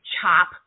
chop